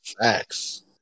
Facts